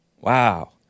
Wow